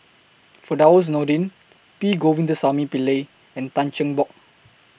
Firdaus Nordin P Govindasamy Pillai and Tan Cheng Bock